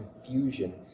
confusion